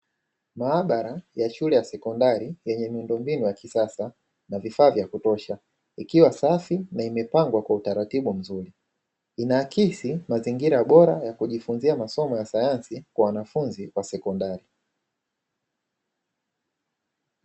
Maabara ya shule ya sekondari yenye miundombinu ya kisasa na vifaa vya kutosha, ikiwa safi na imepangwa kwa utaratibu mzuri, inaakisi mazingira bora ya kujifunzia masomo ya sayansi kwa wanafunzi wa shule ya sekondari.